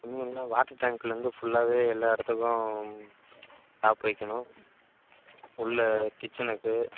ம் இல்லைனா வாட்டர் டேங்க்லேருந்து ஃபுல்லாகவே எல்லா இடத்துக்கும் டாப் வைக்கணும் உள்ளே கிச்சனுக்கு